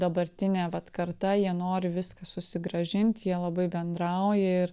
dabartinė vat karta jie nori viską susigrąžint jie labai bendrauja ir